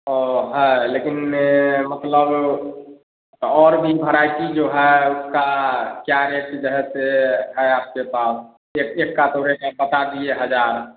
ओह है लेकिन मतलब और भी भरायटी जो है उसका क्या रेट जो है से है आपके पास एक एक का तो रेट वेट बता दिए हज़ार